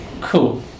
cool